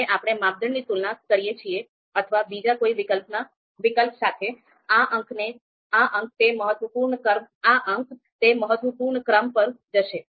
જ્યારે આપણે માપદંડની તુલના કરીએ છીએ અથવા બીજા કોઈ વિકલ્પના વિકલ્પ સાથે આ અંક તે મહત્વપૂર્ણ ક્રમ પર જશે